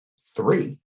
three